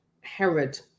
Herod